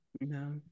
No